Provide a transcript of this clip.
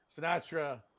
Sinatra